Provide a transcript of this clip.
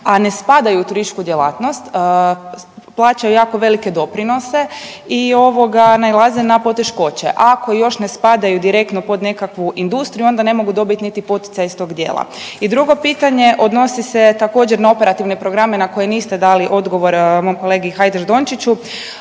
a ne spadaju u turističku djelatnost, plaćaju jako velike doprinose i ovoga, nailaze na poteškoće. Ako još ne spadaju direktno pod nekakvu industriju, onda ne mogu dobiti niti poticaj iz tog dijela. I drugo pitanje odnosi se također, na operativne programe na koje niste dali odgovor mom kolegi Hajdaš Dončiću.